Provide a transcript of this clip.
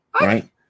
right